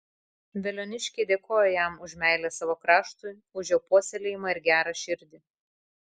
veliuoniškiai dėkoja jam už meilę savo kraštui už jo puoselėjimą ir gerą širdį